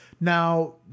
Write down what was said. now